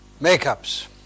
makeups